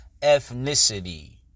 ethnicity